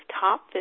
top